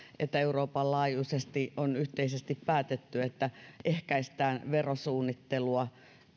että euroopan laajuisesti on yhteisesti päätetty että ehkäistään verosuunnittelua